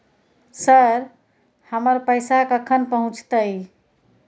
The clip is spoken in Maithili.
सर, हमर पैसा कखन पहुंचतै?